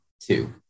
two